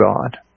God